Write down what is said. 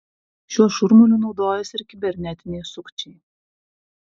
šiuo šurmuliu naudojasi ir kibernetiniai sukčiai